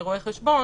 לרואי חשבון